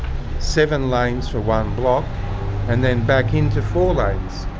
seven lanes for one block and then back into four lanes.